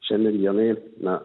šiandien dienai na